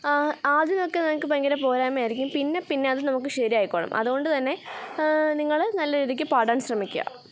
ആദ്യമൊക്കെ നമുക്ക് ഭയങ്കര പോരായ്മയായിരിക്കും പിന്നെ പിന്നെ അതു നമുക്ക് ശരിയായിക്കോളും അതുകൊണ്ടു തന്നെ നിങ്ങൾ നല്ല രീതിക്കു പാടാൻ ശ്രമിക്കുക